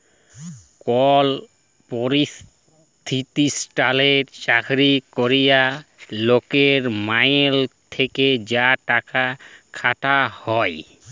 call পরতিষ্ঠালে চাকরি ক্যরা লকের মাইলে থ্যাকে যা টাকা কাটা হ্যয়